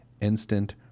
instant